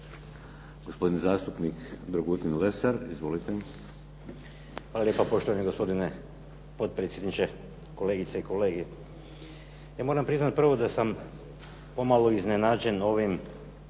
Izvolite. **Lesar, Dragutin (Nezavisni)** Hvala lijepo poštovani gospodine potpredsjedniče, kolegice i kolege. Ja moram priznati prvo da sam pomalo iznenađen ovim